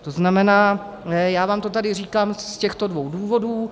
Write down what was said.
To znamená já vám to tady říkám z těchto dvou důvodů.